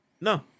No